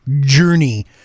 journey